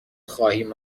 خواهیم